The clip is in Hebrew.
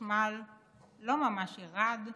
החשמל לא ממש ירד,